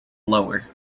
lower